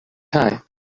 time